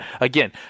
again